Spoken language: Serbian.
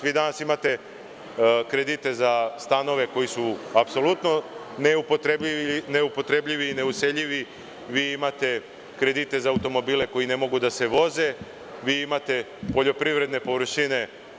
Vi danas imate kredite za stanove koji su apsolutno neupotrebljivi, neuseljivi, vi imate kredite za automobile koji ne mogu da se voze, vi imate poljoprivredne površine…